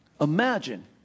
Imagine